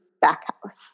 Backhouse